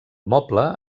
moble